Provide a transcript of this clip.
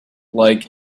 like